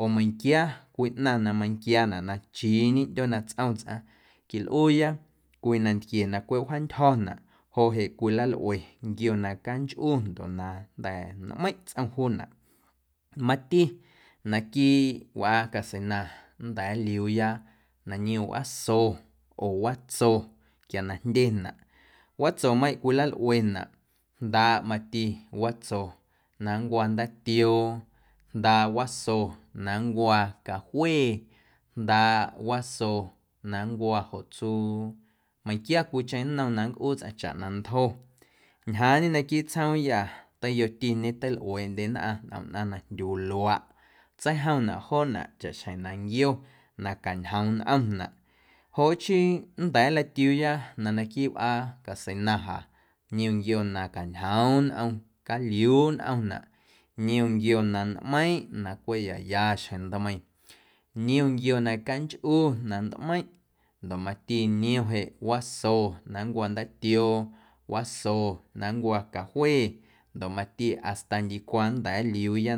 Oo meiⁿnquia cwii ꞌnaⁿ na manquiaanaꞌ na chiiñe ꞌndyoo na tsꞌom tsꞌaⁿ quilꞌuuya cwii nantquie na cweꞌ wjaantyjo̱naꞌ joꞌ jeꞌ cwilalꞌue nquio na canchꞌu ndoꞌ na jnda̱ nmeiⁿꞌ tsꞌom juunaꞌ, mati naquiiꞌ wꞌaa caseina nnda̱a̱ nlꞌiuuya na niom wꞌaaso oo watso quia na jndyenaꞌ watsomeiⁿꞌ cwilalꞌuenaꞌ jndaaꞌ mati watso na nncwa ndaatioo jndaaꞌ waso na nncwa cajue jndaaꞌ waso na nncwa joꞌ tsuu meiⁿnquia cwiicheⁿ nnom na nncꞌuu tsꞌaⁿ chaꞌ na ntjo ñjaañe naquiiꞌ tsjoomya teiyoti ñeteilꞌueeꞌndye nnꞌaⁿ ntꞌom ꞌnaⁿ na jndyuu luaꞌ tseijomnaꞌ joonaꞌ chaꞌxjeⁿ na nquio na cañjoom nꞌomnaꞌ joꞌ chii nnda̱a̱ nlatiuuya na naquiiꞌ wꞌaa caseina ja niom nquio na cañjoom nꞌom, caliuuꞌ nꞌomnaꞌ, niom nquio na nmeiⁿꞌ na cweꞌ ya ya xjeⁿ ntmeiⁿ, niom nquio na canchꞌu na ntmeiⁿꞌ ndoꞌ mati niom jeꞌ waso na nncwo̱ ndaatioo, waso na nncwo̱ cajue ndoꞌ mati hasta ndicwa nnda̱a̱ nliuuya